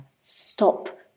stop